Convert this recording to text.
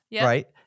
right